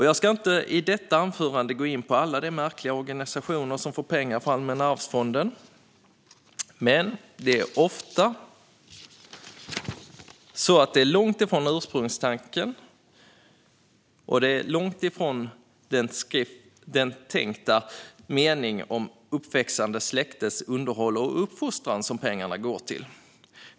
Jag ska inte i detta anförande gå in på alla de märkliga organisationer som får pengar från allmänna arvsfonden, men det är ofta långt från ursprungstanken om att pengarna ska användas för det "uppväxande släktets underhåll och uppfostran".